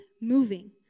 moving